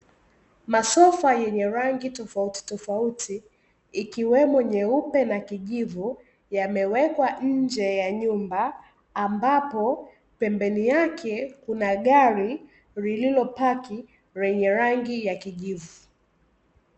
Masofa yenye rangi tofauti tofauti ikiwemo nyeupe na kijivu, yamewekwa nje ya nyumba ambapo pembeni yake kuna gari lililo paki lenye rangi ya kijivu.